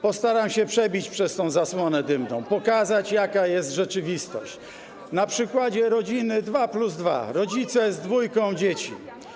Postaram się przebić przez tą zasłonę dymną i pokazać, jaka jest rzeczywistość na przykładzie rodziny typu: 2+2 - rodzice z dwójką dzieci.